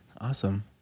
Awesome